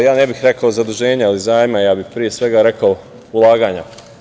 Ja ne bih rekao zaduženja ili zajma, ja bih pre svega rekao ulaganja.